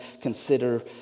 consider